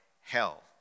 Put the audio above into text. hell